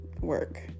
work